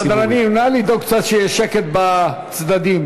סדרנים, נא לדאוג שיהיה שקט בצדדים,